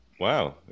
Wow